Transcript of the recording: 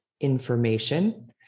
information